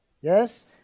Yes